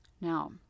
Now